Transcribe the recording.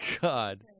God